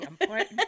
important